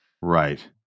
Right